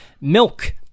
milk